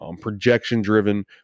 projection-driven